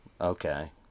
Okay